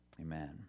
Amen